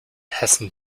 hessen